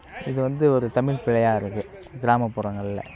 இது வந்து ஒரு தமிழ் பிழையாக இருக்குது கிராமப்புறங்கள்ல